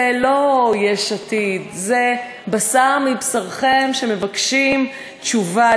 זה לא יש עתיד, זה בשר מבשרכם שמבקשים תשובה.